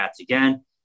again